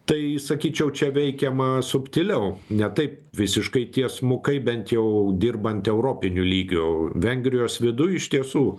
tai sakyčiau čia veikiama subtiliau ne taip visiškai tiesmukai bent jau dirbant europiniu lygiu vengrijos viduj iš tiesų